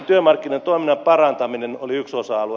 työmarkkinatoiminnan parantaminen oli yksi osa alue